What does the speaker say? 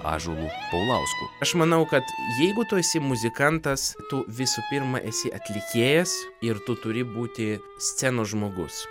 ąžuolu paulausku aš manau kad jeigu tu esi muzikantas tu visų pirma esi atlikėjas ir tu turi būti scenos žmogus